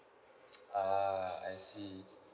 uh I see